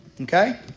Okay